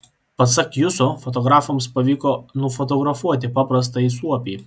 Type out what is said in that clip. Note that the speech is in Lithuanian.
pasak juso fotografams pavyko nufotografuoti paprastąjį suopį